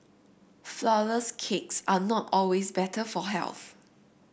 flourless cakes are not always better for health